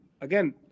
again